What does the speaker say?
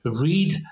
read